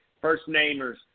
first-namers